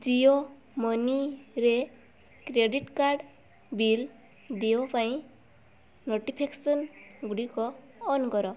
ଜିଓ ମନିରେ credit card bill ଦେୟ ପାଇଁ ନୋଟିଫିକେସନ୍ ଗୁଡ଼ିକୁ ଅନ୍ କର